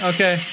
Okay